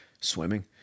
swimming